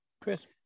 Chris